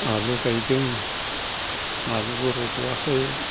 आलु गायदों आलुबो रज'याखै